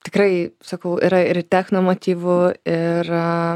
tikrai sakau yra ir techno motyvų ir